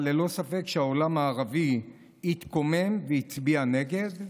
אבל ללא ספק העולם הערבי התקומם והצביע נגד.